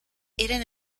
eran